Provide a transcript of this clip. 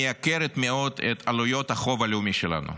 מייקרת מאוד את עלויות החוב הלאומי שלנו.